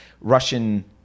Russian